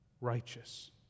righteous